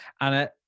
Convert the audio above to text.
Anna